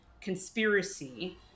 conspiracy